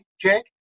Jake